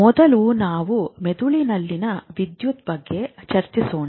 ಮೊದಲು ನಾವು ಮೆದುಳಿನಲ್ಲಿನ ವಿದ್ಯುತ್ ಬಗ್ಗೆ ಚರ್ಚಿಸೋಣ